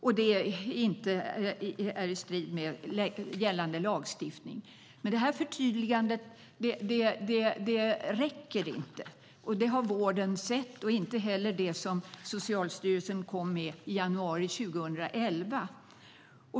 Det är inte i strid med gällande lagstiftning. Men det här förtydligandet räcker inte - det har vården sett - och inte heller det som Socialstyrelsen kom med i januari 2011.